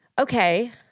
Okay